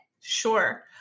Sure